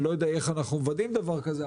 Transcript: אני לא יודע איך אנחנו מוודאים דבר כזה,